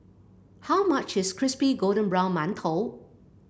how much is Crispy Golden Brown Mantou